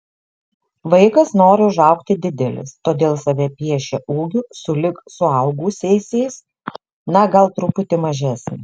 vaikas nori užaugti didelis todėl save piešia ūgiu sulig suaugusiaisiais na gal truputį mažesnį